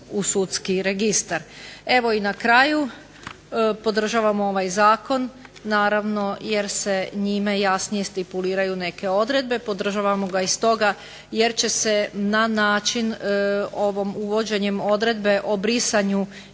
u sudski registar. Evo i na kraju podržavamo ovaj zakon, naravno jer se njime jasnije stipuliraju neke odredbe, podržavamo ga i stoga jer će se na način ovom, uvođenjem odredbe o brisanju